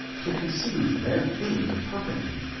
to conceive their theme perfectly,